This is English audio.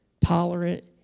tolerant